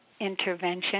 intervention